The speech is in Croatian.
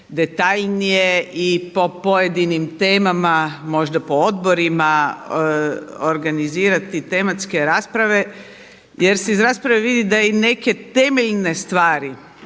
detaljnije i po pojedinim temama, možda po odborima organizirati tematske rasprave jer se iz rasprave vidi da i neke temeljne stvari